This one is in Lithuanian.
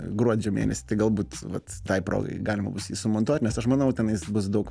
gruodžio mėnesį tai galbūt vat tai progai galima bus sumontuot nes aš manau tenais bus daug